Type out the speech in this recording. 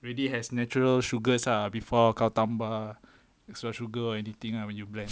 already has natural sugars ah before kau tambah extra sugar or anything lah when you blend